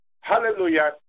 Hallelujah